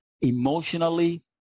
emotionally